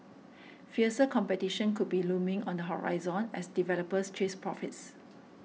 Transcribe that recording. fiercer competition could be looming on the horizon as developers chase profits